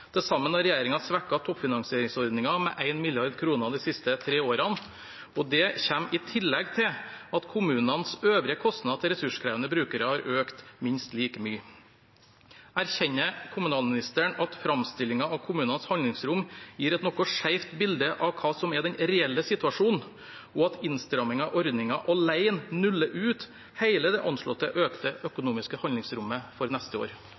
Til sammen har regjeringen svekket toppfinansieringsordningen med 1 mrd. kr de siste tre årene, og det kommer i tillegg til at kommunenes øvrige kostnader til ressurskrevende brukere har økt minst like mye. Erkjenner kommunalministeren at framstillingen av kommunenes handlingsrom gir et noe skjevt bilde av hva som er den reelle situasjonen, og at innstrammingen av ordningen alene nuller ut hele det anslåtte økte økonomiske handlingsrommet for neste år?